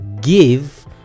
give